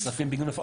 כספים בגין הפרות.